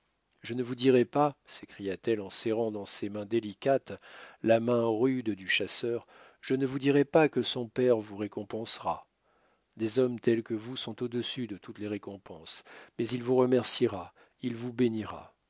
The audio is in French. je ne vous dirai pas s'écria-t-elle en serrant dans ses mains délicates la main rude du chasseur je ne vous dirai pas que son père vous récompensera des hommes tels que vous sont au-dessus de toutes les récompenses mais il vous remerciera il vous bénira